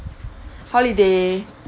holiday